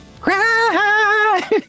Cry